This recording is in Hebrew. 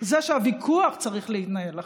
זה שהוויכוח צריך להתנהל אחרת.